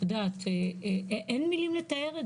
אין לי מילים לתאר,